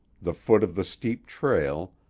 the foot of the steep trail,